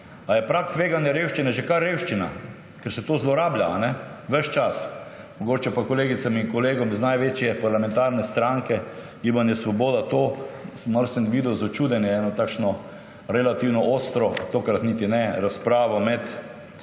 Ali je prag tveganja revščine že kar revščina? Ker se to zlorablja ves čas. Mogoče pa kolegicam in kolegom iz največje parlamentarne stranke Gibanje Svoboda to – malo sem videl začudenje, eno takšno relativno ostro tokrat niti ne razpravo med